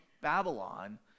Babylon